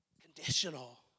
Conditional